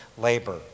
labor